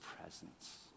presence